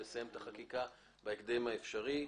על מנת לקדם את החקיקה בהקדם האפשרי.